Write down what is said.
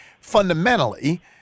fundamentally